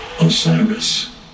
Osiris